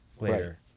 later